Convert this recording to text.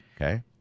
Okay